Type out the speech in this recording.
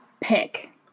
pick